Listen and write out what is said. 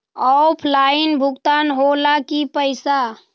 Offline भुगतान हो ला कि पईसा?